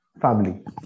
family